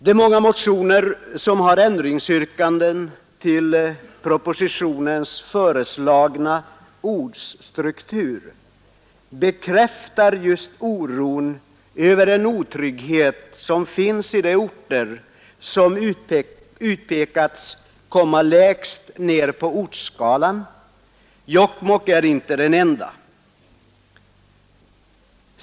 De många motionerna med ändringsyrkanden till propositionens föreslagna ortsstruktur bekräftar den otrygghet som har uppstått i de orter som placerats längst ned på skalan — Jokkmokk är inte den enda ort som hyser oro.